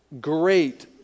great